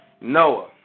Noah